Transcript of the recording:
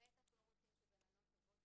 בטח לא רוצים שגננות טובות